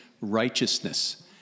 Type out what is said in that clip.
righteousness